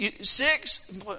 six